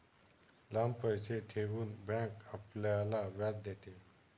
लांब पैसे ठेवून बँक आपल्याला व्याज देते